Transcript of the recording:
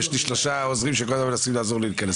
ויש לי שלושה עוזרים שכל הזמן מנסים לעזור לי להיכנס.